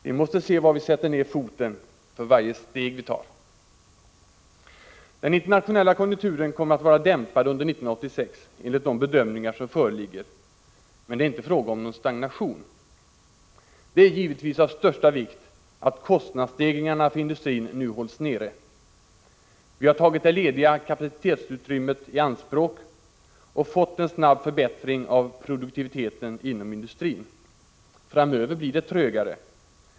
Vi måste se var vi sätter ned foten för varje steg vi tar. Den internationella konjunkturen kommer att vara dämpad under 1986, enligt de bedömningar som föreligger, men det är inte fråga om någon stagnation. Det är givetvis av största vikt att kostnadsstegringarna för industrin nu hålls nere. Vi har tagit det lediga kapacitetsutrymmet i anspråk och fått en snabb förbättring av produktiviteten inom industrin. Framöver blir det trögare.